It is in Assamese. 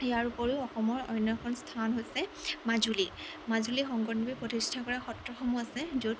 ইয়াৰ উপৰিও অসমৰ অন্যতম এখন স্থান হৈছে মাজুলী মাজুলীত শংকৰদেৱে প্ৰতিষ্ঠা কৰা সত্ৰসমূহ আছে য'ত